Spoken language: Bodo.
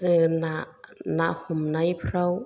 जोङो ना ना हमनायफ्राव